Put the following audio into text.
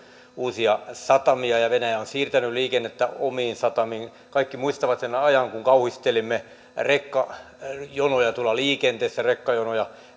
uusia satamia ja venäjä on siirtänyt liikennettä omiin satamiin kaikki muistavat sen ajan kun kauhistelimme rekkajonoja tuolla liikenteessä rekkajonoja